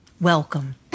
Welcome